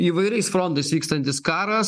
įvairiais frontais vykstantis karas